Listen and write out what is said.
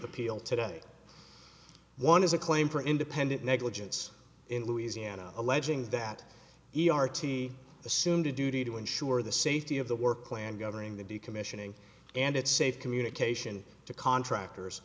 appeal today one is a claim for independent negligence in louisiana alleging that e r t assumed a duty to ensure the safety of the work land governing the decommissioning and its safe communication to contractors